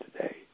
today